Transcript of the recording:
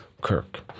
Kirk